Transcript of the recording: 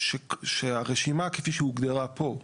שהרשימה כפי שהוגדרה פה,